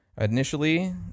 initially